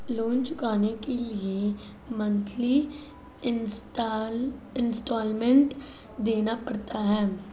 loan चुकाने के लिए मंथली इन्सटॉलमेंट देना पड़ता है